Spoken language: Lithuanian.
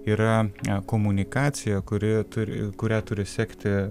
yra a komunikacija kuri tur kurią turi sekti